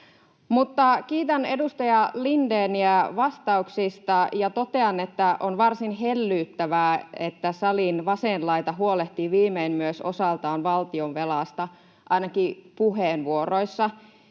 Kiitän edustaja Lindéniä vastauksista ja totean, että on varsin hellyyttävää, että myös salin vasen laita huolehtii viimein osaltaan valtionvelasta, ainakin puheenvuoroissa,